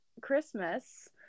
Christmas